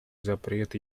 запрет